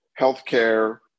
healthcare